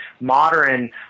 modern